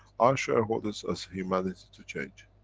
our shareholders as humanity to change.